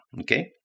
okay